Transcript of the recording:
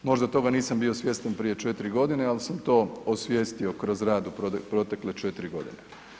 Možda toga nisam bio svjestan prije 4 godine, ali sam to osvijestio kroz rad u protekle 4 godine.